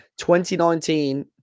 2019